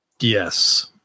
Yes